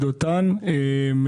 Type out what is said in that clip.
לא חשוב, נתקדם.